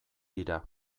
dira